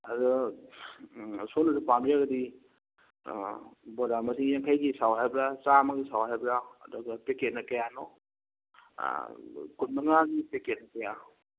ꯑꯗꯨ ꯎꯝ ꯁꯣꯝꯅ ꯄꯥꯝꯕꯤꯔꯒꯗꯤ ꯕꯣꯔꯥ ꯃꯔꯤ ꯌꯥꯡꯈꯩꯒꯤ ꯁꯥꯎ ꯍꯥꯏꯕ꯭ꯔꯥ ꯆꯥꯝꯃꯒꯤ ꯁꯥꯎ ꯍꯥꯏꯕ꯭ꯔꯥ ꯑꯗꯨꯒ ꯄꯦꯛꯀꯦꯠꯅ ꯀꯌꯥꯅꯣ ꯀꯨꯟ ꯃꯉꯥꯒꯤ ꯄꯦꯛꯀꯦꯠ ꯀꯌꯥ